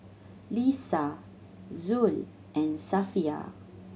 Lisa Zul and Safiya